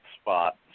spot